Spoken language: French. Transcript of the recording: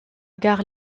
gare